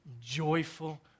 joyful